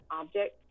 object